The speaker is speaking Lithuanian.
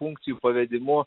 funkcijų pavedimu